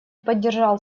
поддержал